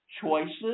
choices